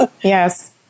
Yes